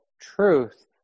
truth